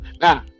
Now